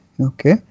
okay